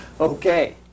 Okay